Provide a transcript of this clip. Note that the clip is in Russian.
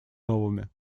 новыми